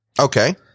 Okay